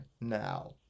now